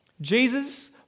Jesus